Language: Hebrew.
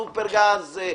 סופרגז,